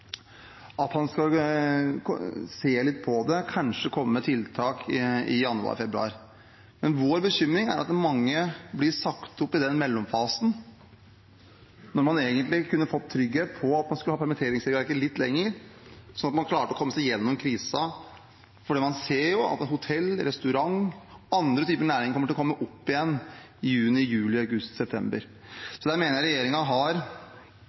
at han skal se litt på det, kanskje komme med tiltak i januar/februar. Men vår bekymring er at mange blir sagt opp i den mellomfasen, når man egentlig kunne fått trygghet for at man skulle ha permitteringsregelverket litt lenger, sånn at man klarte å komme seg gjennom krisen. For man ser jo at hotellnæringen, restaurantnæringen og andre typer næringer kommer til å komme opp igjen i juni, juli, august, september. Der mener jeg regjeringen har